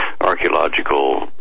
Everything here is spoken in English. archaeological